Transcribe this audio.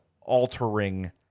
altering